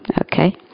okay